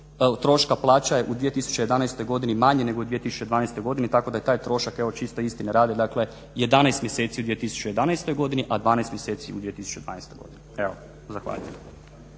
troška plaća u 2011. godini je manje nego u 2012. godini tako da taj trošak evo čisto istine radi, dakle 11 mjeseci u 2011. godini, a 12 mjeseci u 2012. godini. Evo zahvaljujem.